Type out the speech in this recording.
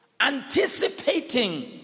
anticipating